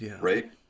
right